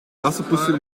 assepoester